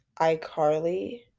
iCarly